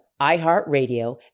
iHeartRadio